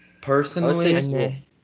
Personally